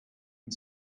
and